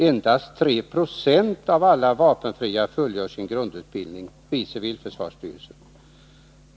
Endast 3 26 av alla vapenfria fullgör sin grundutbildning vid civilförsvarsstyrelsen.